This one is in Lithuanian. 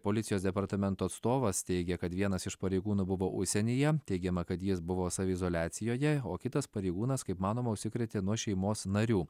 policijos departamento atstovas teigia kad vienas iš pareigūnų buvo užsienyje teigiama kad jis buvo saviizoliacijoje o kitas pareigūnas kaip manoma užsikrėtė nuo šeimos narių